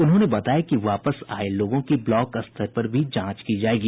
उन्होंने बताया कि वापस आए लोगों की ब्लॉक स्तर पर भी जांच की जाएगी